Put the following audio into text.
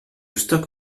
stocke